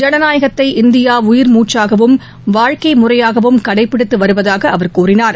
ஜனநாயகத்தை இந்தியா உயிர் மூச்சாகவும் வாழ்க்கை முறையாகவும் கடைப்பிடித்து வருவதாக அவர் கூறினார்